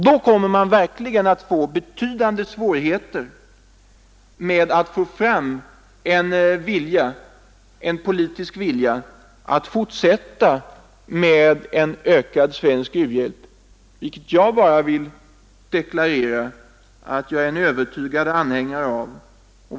Då kommer man verkligen att få betydande svårigheter att få fram en politisk vilja att fortsätta med en ökad svensk u-hjälp, något som jag är en övertygad anhängare av.